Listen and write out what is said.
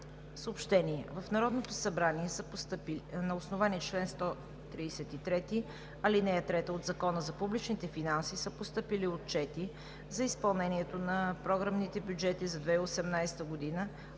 събрание. В Народното събрание на основание чл. 133, ал. 3 от Закона за публичните финанси са постъпили отчети за изпълнението на програмните бюджети за 2018 г.